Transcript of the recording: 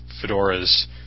Fedora's